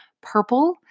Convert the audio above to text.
purple